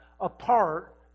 apart